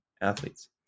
athletes